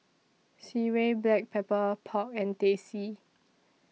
Sireh Black Pepper Pork and Teh C